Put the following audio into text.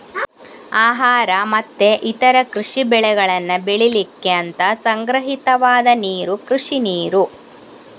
ಆಹಾರ ಮತ್ತೆ ಇತರ ಕೃಷಿ ಬೆಳೆಗಳನ್ನ ಬೆಳೀಲಿಕ್ಕೆ ಅಂತ ಸಂಗ್ರಹಿತವಾದ ನೀರು ಕೃಷಿ ನೀರು